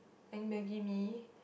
I eat maggie-mee